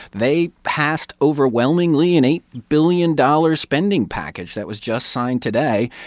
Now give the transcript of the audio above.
they passed overwhelmingly an eight billion dollars spending package that was just signed today.